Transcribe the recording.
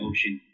Ocean